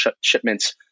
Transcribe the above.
shipments